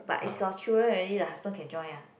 but if got children already the husband can join ah